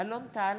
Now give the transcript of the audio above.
אלון טל,